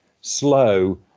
slow